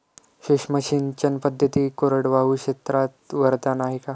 सूक्ष्म सिंचन पद्धती कोरडवाहू क्षेत्रास वरदान आहे का?